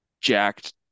jacked